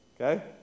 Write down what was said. Okay